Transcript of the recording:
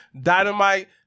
Dynamite